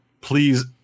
please